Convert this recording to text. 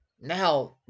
Now